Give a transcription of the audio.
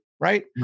Right